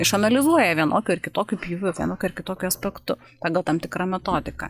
išanalizuoja vienokiu ar kitokiu pjūviu vienokiu ar kitokiu aspektu pagal tam tikrą metodiką